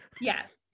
Yes